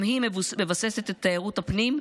היא גם מבססת את תיירות הפנים,